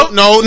no